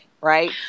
right